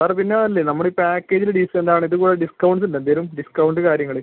വേറെ പിന്നെ ഇല്ലേ നമ്മൾ പാക്കേജിൽ ഡീസൻറ് ആണ് ഇതുപോലെ ഡിസ്കൗണ്ട് ഉണ്ടോ എന്തെങ്കിലും ഡിസ്കൗണ്ട് കാര്യങ്ങൾ